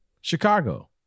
Chicago